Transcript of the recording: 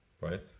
right